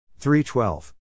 3:12